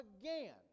again